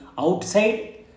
outside